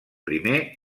primer